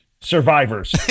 survivors